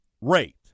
rate